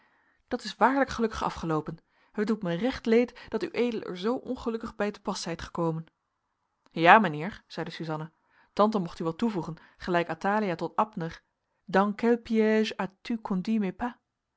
dat is waarlijk gelukkig afgeloopen het doet mij recht leed dat ued er zoo ongelukkig bij te pas zijt gekomen ja mijnheer zeide suzanna tante mocht u wel toevoegen gelijk athalia tot abner